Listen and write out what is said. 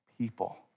people